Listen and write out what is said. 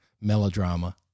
melodrama